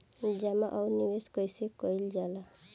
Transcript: जमा और निवेश कइसे कइल जाला?